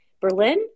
Berlin